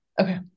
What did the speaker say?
Okay